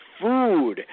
food